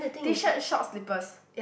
T-shirt shorts slippers